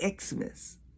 Xmas